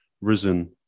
risen